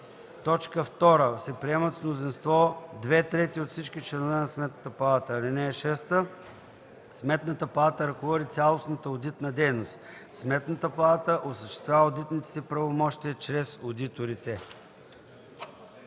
4, т. 2 се приемат с мнозинство 2/3 от всички членове на Сметната палата. (6) Сметната палата ръководи цялостната одитна дейност. Сметната палата осъществява одитните си правомощия чрез одиторите.”